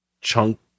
chunk